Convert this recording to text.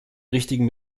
richtigen